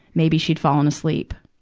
maybe she'd fallen asleep.